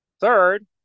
Third